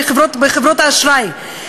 חברות האשראי.